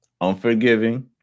unforgiving